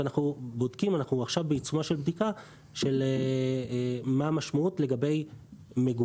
ואנחנו בעיצומה של בדיקה של מה המשמעות של זה לגבי מגורים